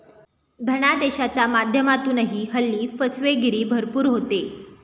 धनादेशाच्या माध्यमातूनही हल्ली फसवेगिरी भरपूर होते